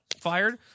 fired